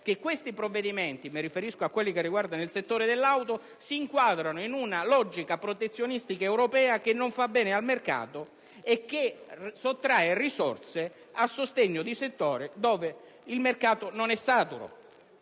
che i provvedimenti che riguardano il settore dell'auto si inquadrano in una logica protezionistica europea che non fa bene al mercato e che sottrae risorse a sostegno di settori in cui il mercato non è saturo.